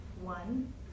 One